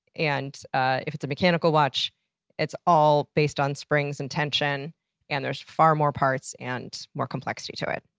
and ah if it's a mechanical watch it's all based on springs and tension and there's far more parts and more complexity to it.